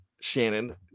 Shannon